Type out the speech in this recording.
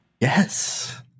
Yes